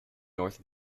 north